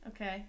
Okay